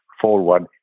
forward